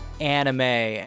anime